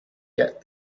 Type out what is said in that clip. get